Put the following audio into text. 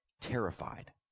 terrified